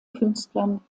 künstlern